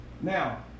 Now